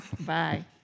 Bye